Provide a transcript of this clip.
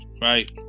right